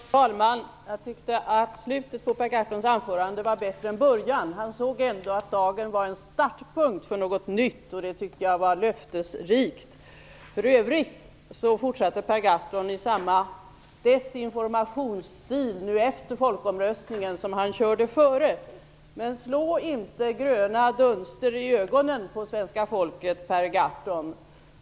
Fru talman! Jag tyckte att slutet på Per Gahrtons anförande var bättre än början. Han såg ändå att denna dag var en startpunkt för något nytt, och det tyckte jag var löftesrikt. För övrigt fortsatte Per Gahrton i samma desinformationsstil nu efter folkomröstningen som han använde förut. Men slå inte gröna dunster i ögonen på svenska folket, Per Gahrton!